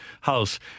house